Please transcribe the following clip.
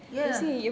ya